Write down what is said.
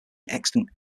extant